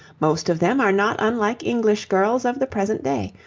most of them are not unlike english girls of the present day,